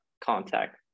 contact